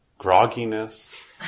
grogginess